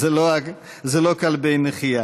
זה לא כלבי נחייה.